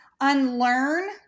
unlearn